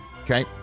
okay